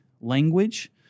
language